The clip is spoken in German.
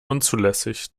unzulässig